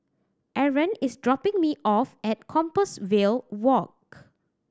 Arron is dropping me off at Compassvale Walk